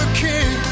king